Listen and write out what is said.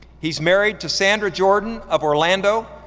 he's married to sandra jordan of orlando,